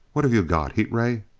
what have you got? heat ray?